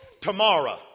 tomorrow